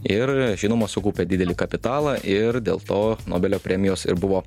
ir žinoma sukaupė didelį kapitalą ir dėl to nobelio premijos ir buvo